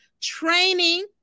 training